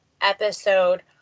episode